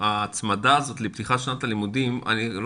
ההצמדה הזאת לפתיחת שנת הלימודים אני לא